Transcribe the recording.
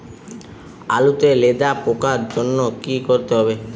আলুতে লেদা পোকার জন্য কি করতে হবে?